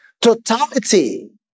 totality